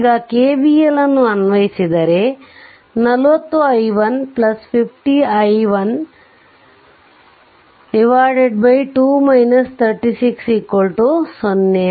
ಈಗ KVL ಅನ್ನು ಅನ್ವಯಿಸಿದರೆ 40 i1 50 i1 2 360